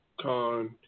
con